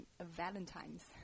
Valentine's